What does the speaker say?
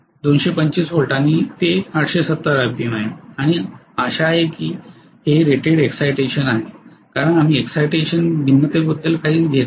225 volt आणि ते 870 RPM आहे आणि आशा आहे की हे रेटेड इक्साइटेशन आहे कारण आम्ही इक्साइटेशन भिन्नतेबद्दल काहीही घेत नाही